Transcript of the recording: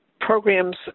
programs